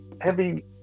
Heavy